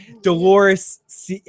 Dolores